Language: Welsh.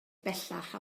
bellach